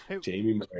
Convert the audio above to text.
jamie